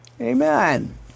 Amen